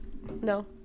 No